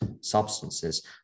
substances